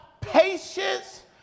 patience